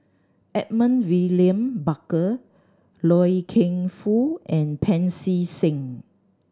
Edmund William Barker Loy Keng Foo and Pancy Seng